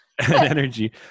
energy